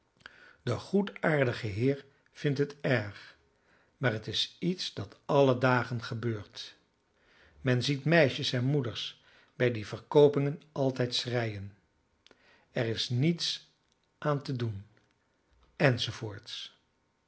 de goedaardige heer vindt het erg maar het is iets dat alle dagen gebeurt men ziet meisjes en moeders bij die verkoopingen altijd schreien er is niets aan te doen